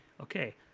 okay